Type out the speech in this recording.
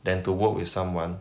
than to work with someone